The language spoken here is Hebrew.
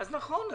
נכון,